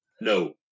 No